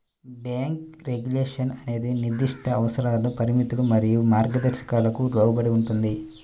bank regulation అనేది నిర్దిష్ట అవసరాలు, పరిమితులు మరియు మార్గదర్శకాలకు లోబడి ఉంటుంది,